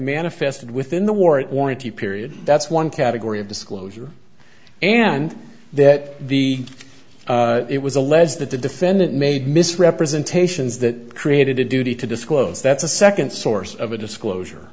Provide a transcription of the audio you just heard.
manifested within the warrant warranty period that's one category of disclosure and that the it was alleged that the defendant made misrepresentations that created a duty to disclose that's a second source of a disclosure